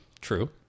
True